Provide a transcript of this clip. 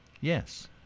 Yes